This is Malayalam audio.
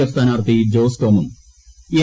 എഫ് സ്ഥാനാർത്ഥി ജോസ് ടോമും എൻ